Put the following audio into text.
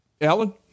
Alan